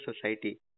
society